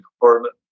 department